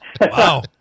Wow